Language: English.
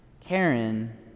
Karen